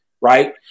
right